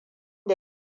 da